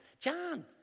John